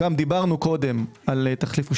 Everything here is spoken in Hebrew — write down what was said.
גם דיברנו קודם על הנושא של